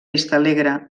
vistalegre